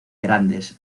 grandes